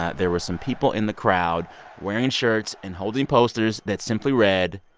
there were some people in the crowd wearing shirts and holding posters that simply read,